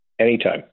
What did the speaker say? Anytime